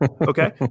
Okay